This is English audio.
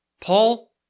Paul